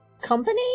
company